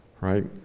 right